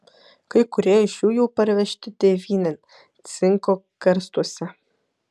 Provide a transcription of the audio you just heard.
kai kurie iš jų jau parvežti tėvynėn cinko karstuose